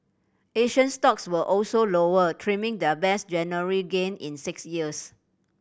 Asian stocks were also lower trimming their best January gain in six years